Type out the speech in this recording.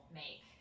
make